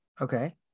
Okay